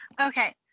Okay